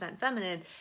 feminine